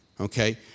okay